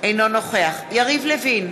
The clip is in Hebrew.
אינו נוכח יריב לוין,